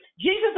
Jesus